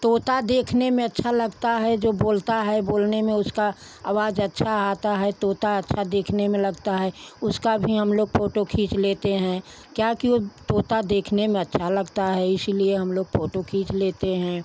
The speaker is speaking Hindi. तोता देखने में अच्छा लगता है जो बोलता है बोलने में उसका आवाज अच्छा आता है तोता अच्छा देखने में लगता है उसका भी हम लोग फोटो खींच लेते हैं क्या कि वो तोता देखने में अच्छा लगता है इसीलिए हम लोग फोटू खींच लेते हैं